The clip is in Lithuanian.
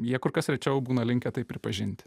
jie kur kas rečiau būna linkę tai pripažinti